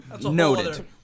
Noted